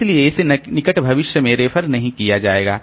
इसलिए इसे निकट भविष्य में रेफर नहीं किया जाएगा